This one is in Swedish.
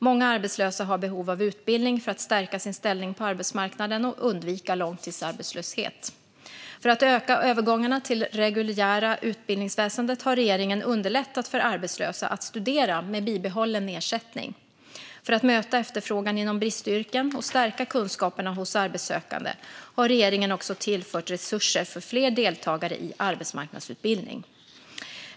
Många arbetslösa har behov av utbildning för att stärka sin ställning på arbetsmarknaden och undvika långtidsarbetslöshet. För att öka övergångarna till det reguljära utbildningsväsendet har regeringen underlättat för arbetslösa att studera med bibehållen ersättning. För att möta efterfrågan inom bristyrken och stärka kunskaperna hos arbetssökande har regeringen också tillfört resurser för fler deltagare i arbetsmarknadsutbildning.